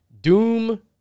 Doom